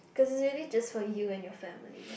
cause it's really just for you and your families